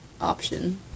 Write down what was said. option